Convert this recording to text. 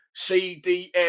CDM